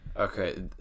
Okay